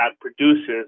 produces